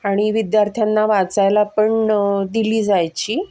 आणि विद्यार्थ्यांना वाचायला पण दिली जायची